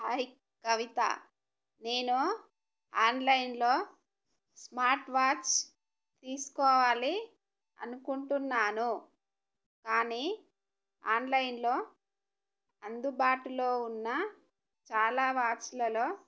hi Kavitha నేను ఆన్లైన్లో smart watch తీసుకోవాలి అనుకుంటున్నాను కానీ ఆన్లైన్లో అందుబాటులో ఉన్న చాలా వాచ్లలో